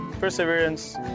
perseverance